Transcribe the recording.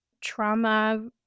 trauma